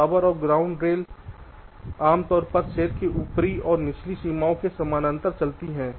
power और ground rail आम तौर पर सेल की ऊपरी और निचली सीमाओं के समानांतर चलती हैं